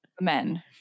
men